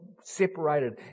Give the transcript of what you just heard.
separated